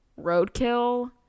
roadkill